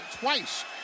twice